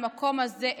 למקום הזה,